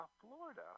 Florida